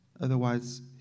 Otherwise